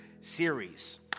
series